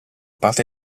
parte